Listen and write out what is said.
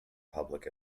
public